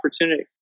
opportunity